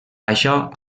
això